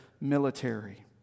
military